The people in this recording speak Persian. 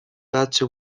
بچه